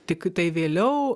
tiktai vėliau